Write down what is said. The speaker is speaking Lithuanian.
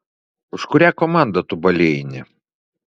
už kurią komandą tu balėjini